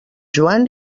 joan